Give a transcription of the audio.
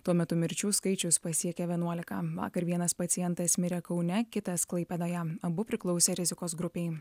tuo metu mirčių skaičius pasiekė vienuoliką vakar vienas pacientas mirė kaune kitas klaipėdoje abu priklausė rizikos grupei